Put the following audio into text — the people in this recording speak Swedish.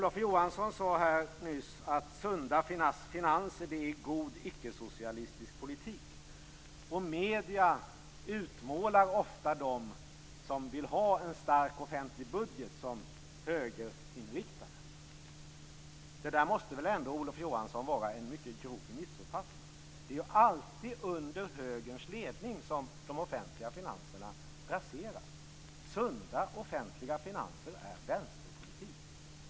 Olof Johansson sade nyss att sunda finanser är god icke-socialistisk politik. Medierna utmålar ofta dem som vill ha en stark offentlig budget som högerinriktade. Detta måste väl ändå vara en mycket grov missuppfattning, Olof Johansson. Det är alltid under högerns ledning som de offentliga finanserna raseras. Sunda offentliga finanser är vänsterpolitik.